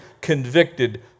convicted